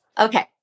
Okay